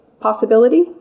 possibility